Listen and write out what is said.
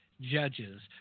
judges